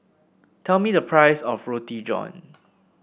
tell me the price of Roti John